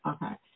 Okay